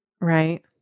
Right